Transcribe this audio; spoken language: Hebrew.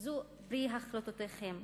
אלו החלטותיכם.